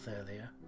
earlier